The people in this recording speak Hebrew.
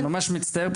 אני ממש מצטער.